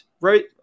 right